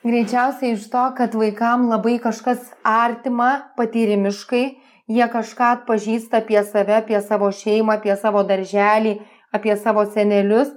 greičiausiai iš to kad vaikam labai kažkas artima patyrimiškai jie kažką atpažįsta apie save apie savo šeimą apie savo darželį apie savo senelius